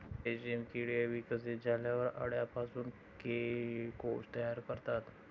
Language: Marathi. रेशीम किडे विकसित झाल्यावर अळ्यांपासून कोश तयार करतात